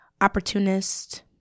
opportunist